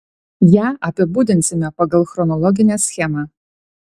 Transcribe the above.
ją apibūdinsime pagal chronologinę schemą